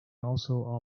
also